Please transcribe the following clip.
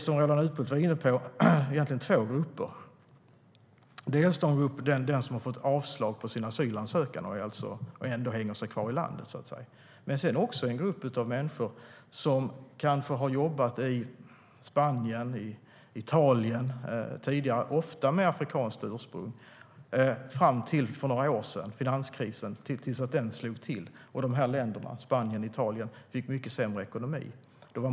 Roland Utbult var inne på att det egentligen är två grupper, dels den grupp där man har fått avslag på sin asylansökan men ändå hänger sig kvar i landet, dels den grupp människor - ofta med afrikanskt ursprung - som har jobbat i kanske Spanien eller Italien tidigare fram till för några år sedan. Då slog finanskrisen till, och de länderna, Spanien och Italien, fick mycket sämre ekonomi.